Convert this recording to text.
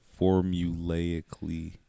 formulaically